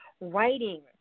writing